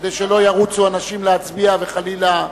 כדי שלא ירוצו אנשים להצביע וחלילה,